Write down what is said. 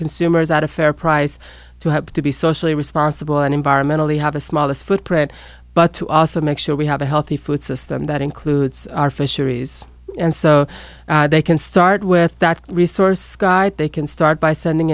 consumers at a fair price to have to be socially responsible and environmentally have a smallest footprint but to also make sure we have a healthy food system that includes our fisheries and so they can start with that resource skype they can start by sending